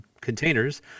containers